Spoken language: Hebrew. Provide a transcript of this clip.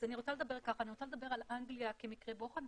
אז אני רוצה לדבר על אנגליה כמקרה בוחן,